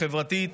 חברתית